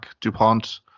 Dupont